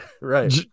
right